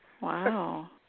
Wow